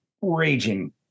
raging